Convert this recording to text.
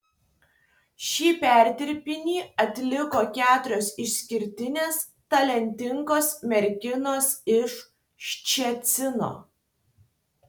šį perdirbinį atliko keturios išskirtinės talentingos merginos iš ščecino